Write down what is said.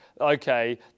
okay